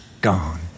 gone